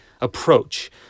approach